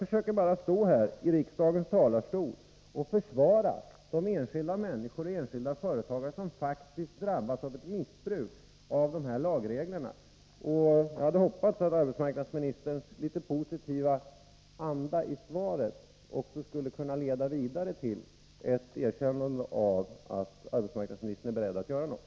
Jag står bara här i riksdagens talarstol och försöker försvara de enskilda människor och företag som faktiskt drabbas av ett missbruk av dessa lagregler. Jag hade hoppats att arbetsmarknadsministerns litet positiva anda i svaret också skulle kunna leda vidare till ett erkännande av att arbetsmarknadsministern är beredd att göra något.